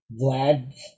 Vlad